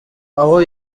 aho